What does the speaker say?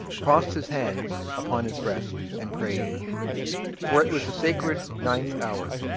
crossed his hands upon his breast, and prayed for it was the sacred ninth hour,